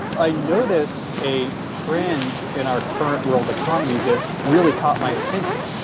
i noticed a trend in our current world economy that really caught my attention,